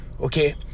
okay